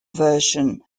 version